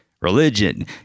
Religion